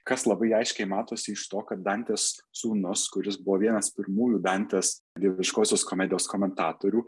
kas labai aiškiai matosi iš to kad dantės sūnus kuris buvo vienas pirmųjų dantės dieviškosios komedijos komentatorių